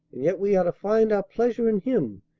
and yet we are to find our pleasure in him,